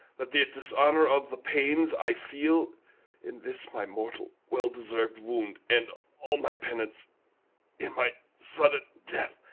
let the dishonour of the pains i feel in this my mortal well-deserved wound end all my penance in my sudden death!